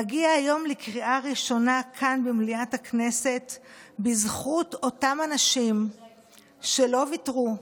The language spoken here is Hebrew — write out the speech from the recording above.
מגיע היום לקריאה ראשונה כאן במליאת הכנסת בזכות אותם אנשים שלא ויתרו,